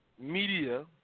media